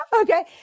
okay